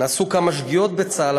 נעשו כמה שגיאות בצה"ל,